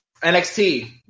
NXT